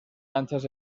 canchas